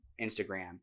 Instagram